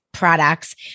products